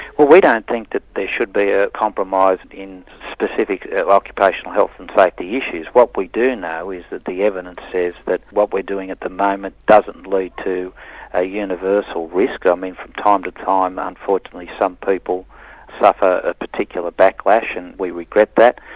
well we don't think that there should be a compromise in specific occupational health and safety issues. what we do know is that the evidence says that what we're doing at the moment doesn't lead to a universal risk. um from time to time unfortunately some people suffer a particular backlash, and we regret that.